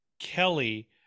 Kelly